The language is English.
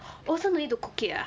oh so don't need to cook it ah